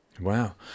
Wow